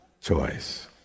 choice